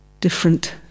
different